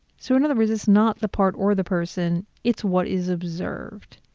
so, in other words, it's not the part or the person, it's what is observed.